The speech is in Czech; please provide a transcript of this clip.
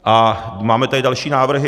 A máme tady další návrhy.